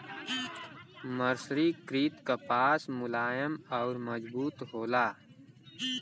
मर्सरीकृत कपास मुलायम आउर मजबूत होला